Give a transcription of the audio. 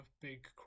big